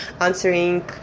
answering